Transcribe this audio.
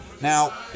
Now